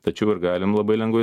tačiau ir galim labai lengvai